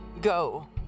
go